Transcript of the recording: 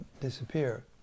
disappear